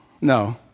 No